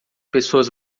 pessoas